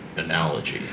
analogy